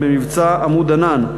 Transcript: במבצע "עמוד ענן",